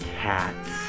Cats